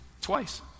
twice